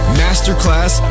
masterclass